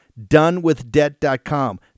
donewithdebt.com